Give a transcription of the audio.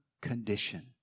condition